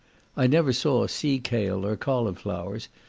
i never saw sea-cale or cauliflowers,